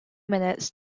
minutes